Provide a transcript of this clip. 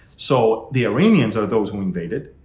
so the iranians are those who invaded.